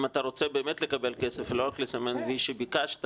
אם אתה רוצה באמת לקבל כסף ולא רק לסמן וי שביקשת,